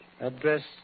Address